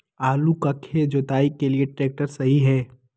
आलू का खेत जुताई के लिए ट्रैक्टर सही है?